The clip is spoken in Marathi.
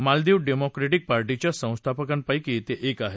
मालदीव डेमोक्रेटिक पार्टीच्या संस्थापकांपैकी ते आहेत